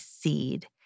Seed